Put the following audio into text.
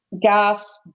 gas